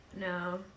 No